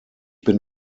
bin